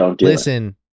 Listen